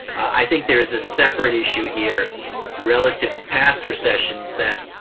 i think there is a separate issue here relative to past recessions that,